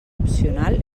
opcional